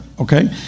okay